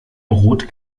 brot